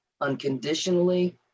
unconditionally